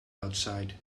outside